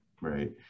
Right